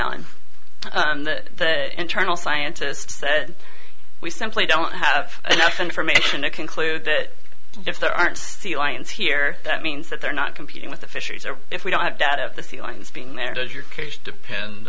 on the internal scientist said we simply don't have enough information to conclude that if there aren't sea lions here that means that they're not competing with the fisheries or if we don't have data